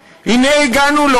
הנה הגענו לחטיבה להתיישבות,